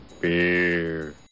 Beer